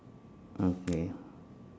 okay